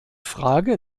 frage